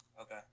Okay